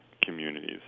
communities